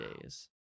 days